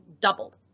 doubled